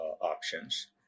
options